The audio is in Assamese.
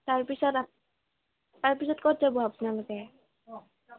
তাৰপিছত আপ তাৰপিছত ক'ত যাম আপোনালোকে